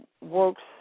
works